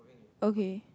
okay